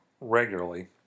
regularly